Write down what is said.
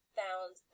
found